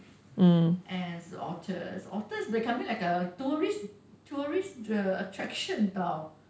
as otters otters is becoming like a tourist tourist the attraction [tau]